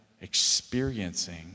experiencing